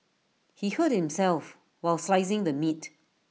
he hurt himself while slicing the meat